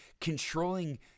controlling